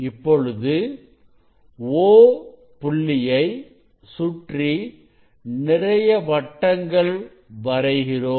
இப்பொழுது O புள்ளியை சுற்றி நிறைய வட்டங்கள் வரைகிறோம்